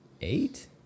eight